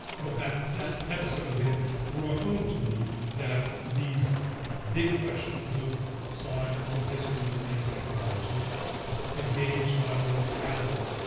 well, that that episode then brought home to me that these big questions of science and history and technology um engage not only adults,